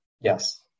yes